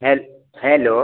hello